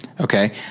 Okay